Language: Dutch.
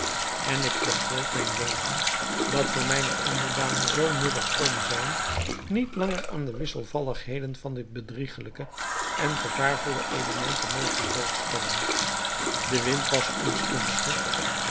en ik begreep mijn leven dat voor mijne onderdanen zoo nuttig kon zijn niet langer aan de wisselvalligheden van dit bedriegelijke en gevaarvolle element te mogen blootstellen de wind was ons gunstig